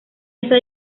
esa